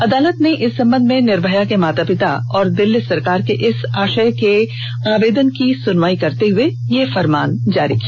अदालत ने इस संबंध में निर्भया के माता पिता और दिल्ली सरकार के इस आशय के आवेदन की सुनवाई करते हुए यह फरमान जारी किया